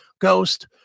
Ghost